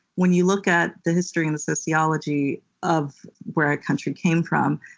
when you look at the history and the sociology of where our country came from,